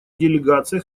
делегация